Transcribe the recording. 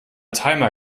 timer